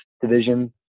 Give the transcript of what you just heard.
Division